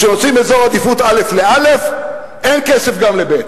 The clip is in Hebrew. כשעושים אזור עדיפות א' לא', אין כסף גם לב'.